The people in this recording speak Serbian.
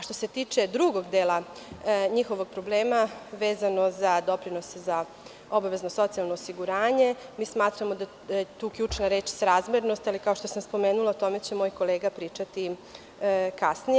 Što se tiče drugog dela njihovog problema, vezano za doprinose za obavezno socijalno osiguranje, smatramo da je tu ključna reč srazmernost, ali, kao što sam spomenula, o tome će moj kolega pričati kasnije.